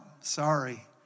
sorry